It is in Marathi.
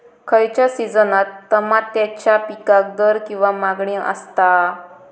खयच्या सिजनात तमात्याच्या पीकाक दर किंवा मागणी आसता?